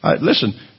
Listen